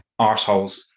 arseholes